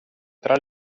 tra